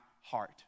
heart